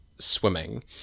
swimming